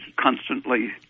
constantly